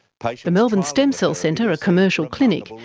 like the melbourne stem cell centre, a commercial clinic,